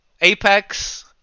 Apex